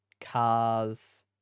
cars